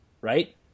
right